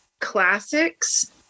classics